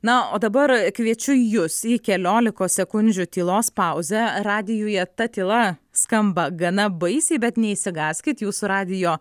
na o dabar kviečiu jus į keliolikos sekundžių tylos pauzę radijuje ta tyla skamba gana baisiai bet neišsigąskit jūsų radijo